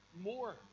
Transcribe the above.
more